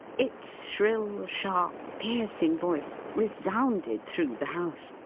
its shrill, sharp, piercing voice resounded through the house,